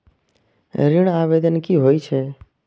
ऋण आवेदन की होय छै?